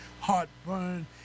heartburn